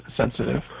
sensitive